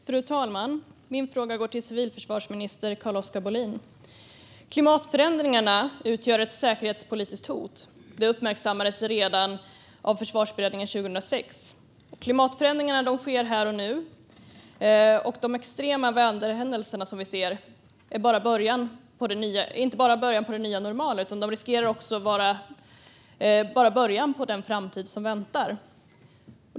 Fru talman! Min fråga går till civilförsvarsminister Carl-Oskar Bohlin. Klimatförändringarna utgör ett säkerhetspolitiskt hot; detta uppmärksammades redan av Försvarsberedningen 2006. Klimatförändringarna sker här och nu. De extrema väderhändelser som vi ser är inte bara början på det nya normala, utan de riskerar också att bara vara början på den framtid som väntar.